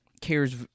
cares